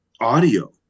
audio